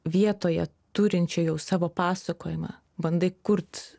vietoje turinčią jau savo pasakojimą bandai kurt